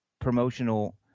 promotional